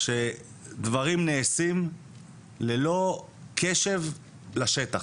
שדברים נעשים ללא קשב לשטח.